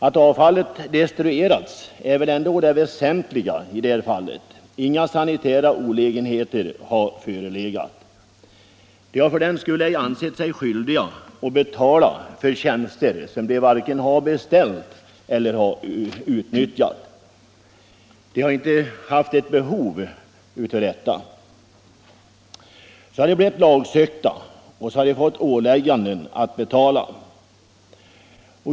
Att avfallet destruerats är väl ändå det väsentliga i det här fallet. Inga sanitära olägenheter har förelegat. Fastighetsägarna har för den skull ej ansett sig skyldiga att betala för tjänster som de varken har beställt eller utnyttjat, eftersom de inte har haft behov av detta. Så har de blivit lagsökta och fått ålägganden att betala.